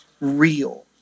real